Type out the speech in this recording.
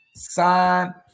Sign